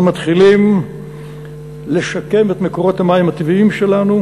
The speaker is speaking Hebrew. אנחנו מתחילים לשקם את מקורות המים הטבעיים שלנו.